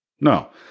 No